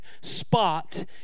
spot